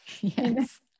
Yes